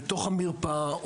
בתוך המרפאה,